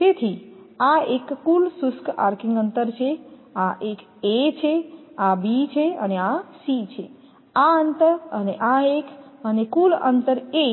તેથી આ એક કુલ શુષ્ક આર્કીંગ અંતર છે આ એક A છે આ B છે અને આ C છે આ અંતર અને આ એક અને કુલ અંતર A